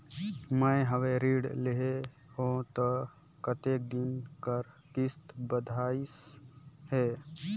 मैं हवे ऋण लेहे हों त कतेक दिन कर किस्त बंधाइस हे?